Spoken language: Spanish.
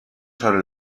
sobre